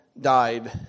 died